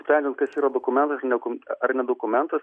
sprendžiant kas yra dokumentas ar ne kun ar ne dokumentas